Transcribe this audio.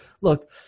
look